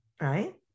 right